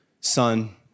son